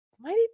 Mighty